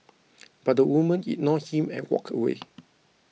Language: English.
but the woman ignored him and walked away